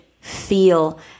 feel